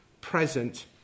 present